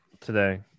today